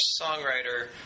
songwriter